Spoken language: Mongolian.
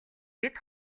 бид